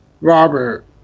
Robert